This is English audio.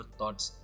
thoughts